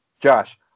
Josh